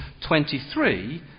23